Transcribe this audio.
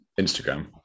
Instagram